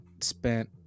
spent